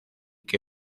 que